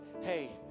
hey